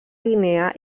guinea